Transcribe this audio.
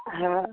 हँ